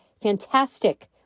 fantastic